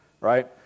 right